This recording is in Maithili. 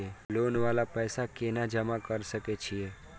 लोन वाला पैसा केना जमा कर सके छीये?